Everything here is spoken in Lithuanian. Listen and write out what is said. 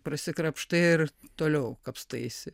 prasikrapštai ir toliau kapstaisi